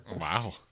Wow